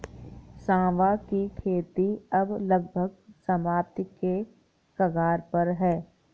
सांवा की खेती अब लगभग समाप्ति के कगार पर है